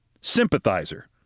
Sympathizer